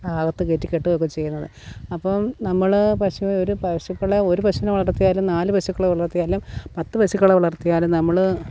അകത്ത് കയറ്റി കെട്ടുകയൊക്കെ ചെയ്യുന്നത് അപ്പം നമ്മൾ പശു ഒരു പശുക്കളെ ഒരു പശുവിനെ വളർത്തിയാലും നാല് പശുക്കളെ വളർത്തിയാലും പത്ത് പശുക്കളെ വളർത്തിയാലും നമ്മൾ